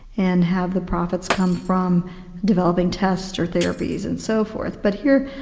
and have the profits come from developing tests or therapies and so forth. but here,